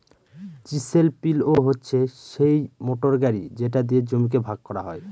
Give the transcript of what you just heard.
chisel পিলও হচ্ছে সিই মোটর গাড়ি যেটা দিয়ে জমিকে ভাগ করা হয়